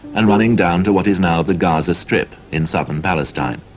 and running down to what is now the gaza strip in southern palestine.